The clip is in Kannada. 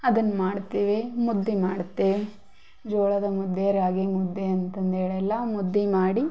ಅದನ್ನು ಮಾಡ್ತೇವೆ ಮುದ್ದೆ ಮಾಡುತ್ತೆ ಜೋಳದ ಮುದ್ದೆ ರಾಗಿ ಮುದ್ದೆ ಅಂತಂದು ಹೇಳಿ ಎಲ್ಲ ಮುದ್ದೆ ಮಾಡಿ